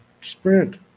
sprint